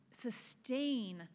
sustain